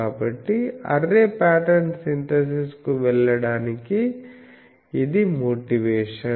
కాబట్టి array pattern synthesis కు వెళ్ళడానికి ఇది మోటివేషన్